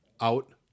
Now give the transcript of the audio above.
out